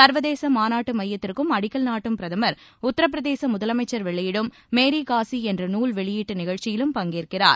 ச்வதேச மாநாட்டு மையத்திற்கும் அடிக்கல் நாட்டும் பிரதமா் உத்தரபிரதேச முதலமைச்சா் வெளியிடும் மேரி காசி என்ற நூல் வெளியீட்டு நிகழ்ச்சியிலும் பங்கேற்கிறார்